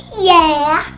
yeah!